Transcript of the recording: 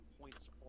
points